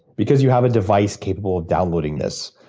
because you have a device capable of downloading this.